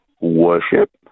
worship